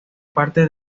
parte